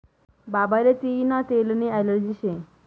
बाबाले तियीना तेलनी ॲलर्जी शे